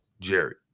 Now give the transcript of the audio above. Jerry